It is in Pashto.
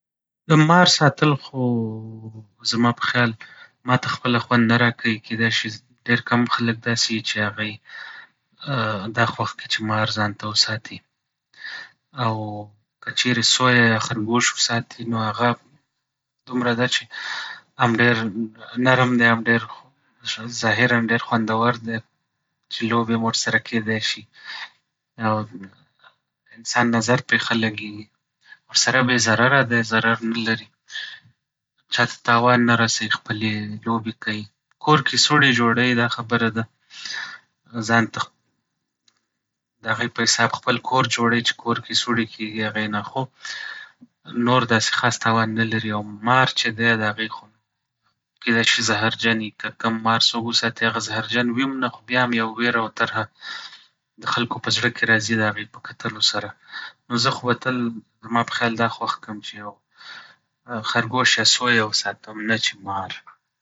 د مار ساتل خو زما په خيال ما ته خپله خوند نه راکوي. کېدی شي ډېر کم خلک داسې وي چې هغوی دا خوښ کړي چې مار ځان ته وساتي. او که چېرې سويه يا خرګوش وساتي، نو هغه دومره ده چې هم ډېر نرم دی، هم ډېر ظاهرا ډېر خوندور دی چې لوبې هم ورسره کیدی شي. او انسان نظر پرې ښه لګيږي، ورسره بې ضرره دی، ضرر نه لري. چا ته تاوان نه رسوي، خپلې لوبې کوي. کور کې سوړي جوړوي، دا خبره ده، ځان ته د هغې په حساب خپل کور جوړوي چې کور کې سوړې کيږي هغې نه خو نور داسې خاص تاوان نه لري. او مار چې دی د هغې خو نو کیدی شي زهرجن وي، که کوم مار څوک وساتي هغه زهرجن وي هم نه خو بيا هم يوه وېره او ترهه د خلکو په زړه کې راځي د هغې په کتلو سره. نو زه خو به تل زما په خيال دا خوښ کړم چې یو خرګوش يا سويه وساتم نه چې مار.